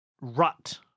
Rut